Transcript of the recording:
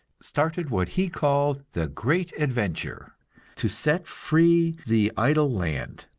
started what he called the great adventure to set free the idle land.